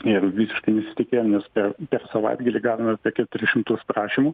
ir visiškai nesitikėjom nes per savaitgalį gavome apie keturis šimtus prašymų